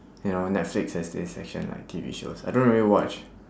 ya on netflix there's this section like T_V shows I don't really watch